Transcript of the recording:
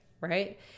right